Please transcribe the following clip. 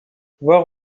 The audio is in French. voir